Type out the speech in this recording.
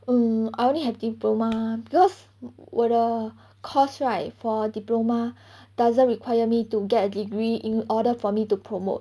mm I only have diploma because 我的 course right for diploma doesn't require me to get a degree in order for me to promote